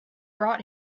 brought